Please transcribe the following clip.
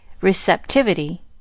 receptivity